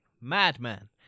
Madman